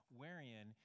wherein